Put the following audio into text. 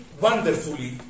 wonderfully